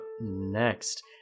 next